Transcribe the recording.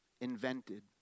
invented